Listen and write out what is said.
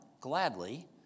gladly